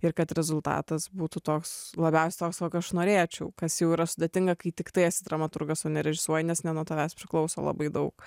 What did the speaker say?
ir kad rezultatas būtų toks labiausiai toks kokio aš norėčiau kas jau yra sudėtinga kai tiktai esi dramaturgas o nerežisuoji nes ne nuo tavęs priklauso labai daug